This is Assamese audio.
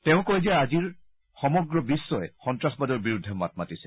তেওঁ কয় যে আজিৰ সমগ্ৰ বিশ্বই সন্তাসবাদৰ বিৰুদ্ধে মাত মাতিছে